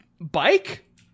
Bike